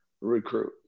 recruit